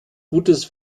gutes